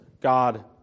God